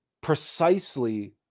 precisely